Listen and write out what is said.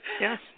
Yes